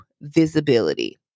visibility